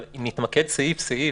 אבל אם נתמקד סעיף-סעיף,